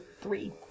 three